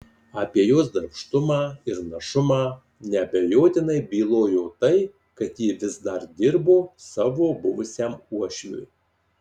apie jos darbštumą ir našumą neabejotinai bylojo tai kad ji vis dar dirbo savo buvusiam uošviui